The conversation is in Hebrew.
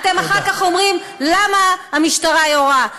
אתם אחר כך אומרים: למה המשטרה יורה,